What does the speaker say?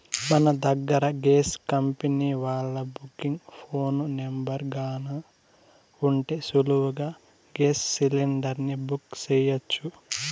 మన దగ్గర gas company వాల్ల బుకింగ్ ఫోను నెంబరు గాన ఉంటే సులువుగా గేస్ సిలిండర్ని బుక్ సెయ్యొచ్చు